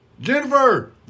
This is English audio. Jennifer